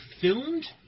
filmed